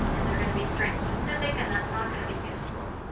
and they're going to be strain-specific, and that's not going to be useful.